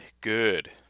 Good